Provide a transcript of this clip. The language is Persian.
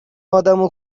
آدمو